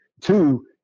Two